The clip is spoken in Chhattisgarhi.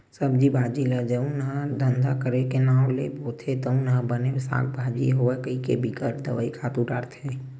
सब्जी भाजी ल जउन ह धंधा करे के नांव ले बोथे तउन ह बने साग भाजी होवय कहिके बिकट दवई, खातू डारथे